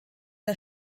der